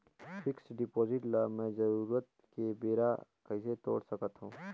Fixed deposit ल मैं जरूरत के बेरा कइसे तोड़ सकथव?